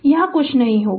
तो यहाँ कुछ नहीं होगा